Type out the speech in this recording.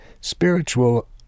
spiritual